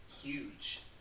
huge